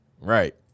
Right